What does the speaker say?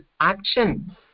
action